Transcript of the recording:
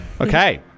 Okay